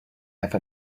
have